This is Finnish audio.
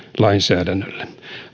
lainsäädännölle